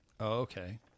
Okay